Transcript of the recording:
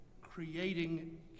creating